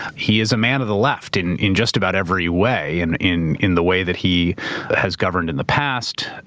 he is a man of the left in in just about every way and in in the way that he has governed in the past.